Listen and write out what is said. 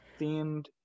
themed